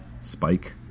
spike